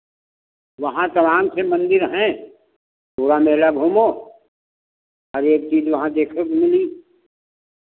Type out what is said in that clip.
वहाँ तमाम से मंदिर हैं पूरा मेला घूमो हर एक चीज़ वहाँ देखै के मिली